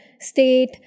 state